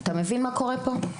אתה מבין מה קורה פה?